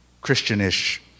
Christian-ish